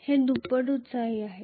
हे दुप्पट एक्सायटेड आहे